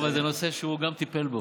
אבל זה נושא שגם הוא טיפל בו.